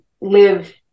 live